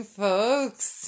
folks